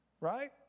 right